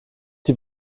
die